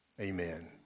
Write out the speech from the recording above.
Amen